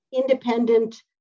independent